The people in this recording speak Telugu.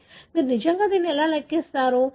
కాబట్టి మీరు నిజంగా ఎలా లెక్కిస్తారు